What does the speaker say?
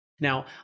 Now